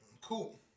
cool